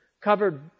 covered